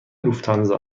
لوفتانزا